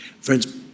Friends